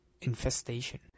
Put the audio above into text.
infestation